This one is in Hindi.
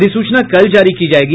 अधिसूचना कल जारी की जायेगी